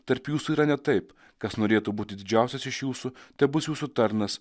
tarp jūsų yra ne taip kas norėtų būti didžiausias iš jūsų tebus jūsų tarnas